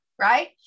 right